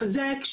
2021,